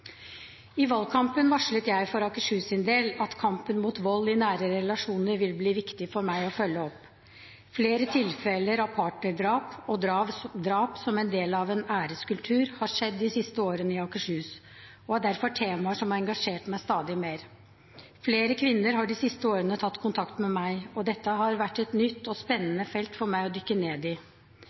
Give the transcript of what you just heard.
I valgkampen varslet jeg for Akershus sin del at kampen mot vold i nære relasjoner ville bli viktig for meg å følge opp. Flere tilfeller av partnerdrap og drap som en del av en æreskultur har skjedd i Akershus de siste årene, og er derfor temaer som har engasjert meg stadig mer. Flere kvinner har de siste årene tatt kontakt med meg, og dette har vært et nytt og spennende felt for meg å dykke ned i.